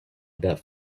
about